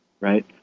right